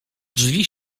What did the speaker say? drzwi